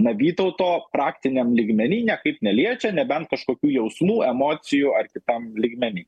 na vytauto praktiniam lygmeny niekaip neliečia nebent kažkokių jausmų emocijų ar kitam lygmeny